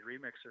remixer